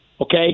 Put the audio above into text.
okay